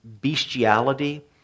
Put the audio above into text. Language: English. bestiality